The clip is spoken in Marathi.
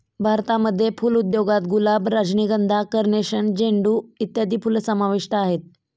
भारतामध्ये फुल उद्योगात गुलाब, रजनीगंधा, कार्नेशन, झेंडू इत्यादी फुलं समाविष्ट आहेत